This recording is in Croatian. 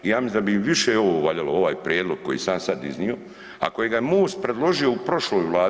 I ja mislim da bi im više ovo valjalo, ovaj prijedlog koji sam ja sad iznio a kojega je MOST predložio u prošloj Vladi.